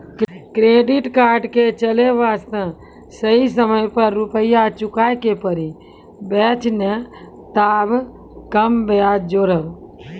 Credit card के चले वास्ते सही समय पर रुपिया चुके के पड़ी बेंच ने ताब कम ब्याज जोरब?